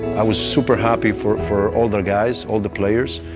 i was super-happy for for all the guys, all the players,